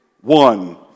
one